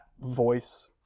voice